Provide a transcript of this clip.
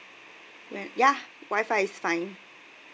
when ya wi-fi is fine